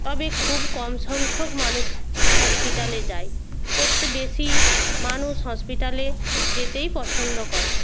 তবে খুব কম সংখ্যক মানুষ হসপিটালে যায় বেশি মানুষ হসপিটালে যেতেই পছন্দ করে